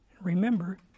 Remember